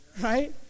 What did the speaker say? right